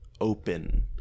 open